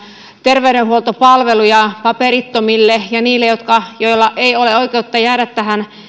terveydenhuoltopalveluja paperittomille ja niille joilla ei ole oikeutta jäädä